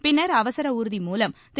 பின்னர் அவசர ஊர்தி மூலம் திரு